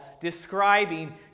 describing